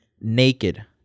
naked